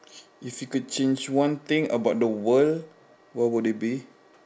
if you could change one thing about the world what would it be